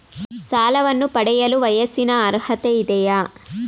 ಸಾಲವನ್ನು ಪಡೆಯಲು ವಯಸ್ಸಿನ ಅರ್ಹತೆ ಇದೆಯಾ?